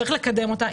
צריך לקדם אותה,